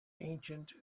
ancient